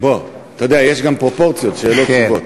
אתה יודע, יש גם פרופורציות, שאלות, תשובות.